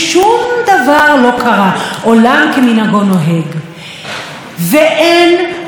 ואין אף אחד ואף אחת שמרימה את הסמכות